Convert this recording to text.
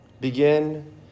Begin